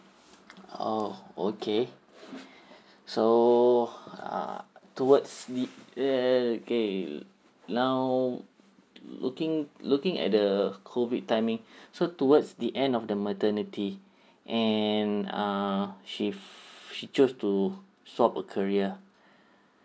oh okay so uh towards the uh okay now looking looking at the COVID timing so towards the end of the maternity and err she she choose to stop her career